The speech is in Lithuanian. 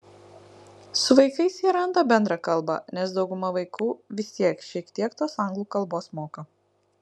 su vaikais jie randa bendrą kalbą nes dauguma vaikų vis tiek šiek tiek tos anglų kalbos moka